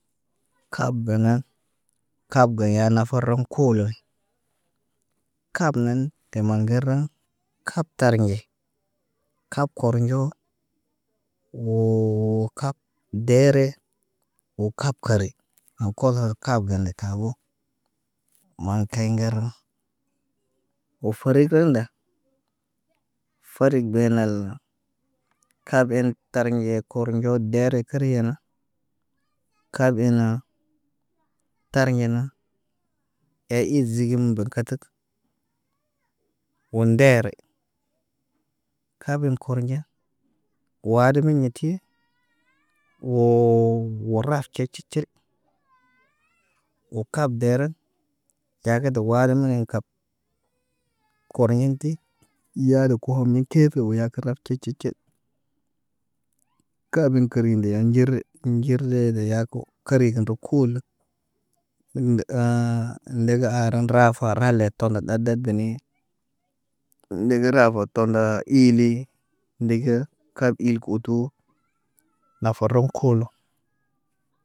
Kaab gana, kaab ya nafaro koolo. Kaab nan, temaŋgeraŋg kab tariɲe. Kaab kornɟo woo kaab deere woo kaab kare aw koz na kaab gande taabo. Maan kay ŋger woo fari kaŋg nda. Farik bey nal kaab en tarnɟe kornɟo deere kariyena. Kaab en na tari, mena e i zigim mbə katək wo ndeere. Kaab en kornɟa waadin min yiti woo raf ce ci cir. Kaab deeren yaa kə de waadin ne kab. Koreɲeŋg ti yaadi koho mi tiir ki oya kira cir cir cir. Kaabən kəri ndeya nɟirɗe. Nɟirleede yaako. Kaari gen ro kuulə, dege aaran raafa, par hale tona ɗa dat benii. Lege rafoto nda iili ndige kaab il utu nafar ro koolo.